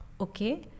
okay